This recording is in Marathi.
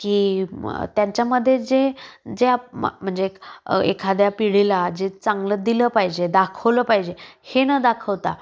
की त्यांच्यामध्ये जे जे आप म म्हणजे एखाद्या पिढीला जे चांगलं दिलं पाहिजे दाखवलं पाहिजे हे नं दाखवता